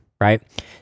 right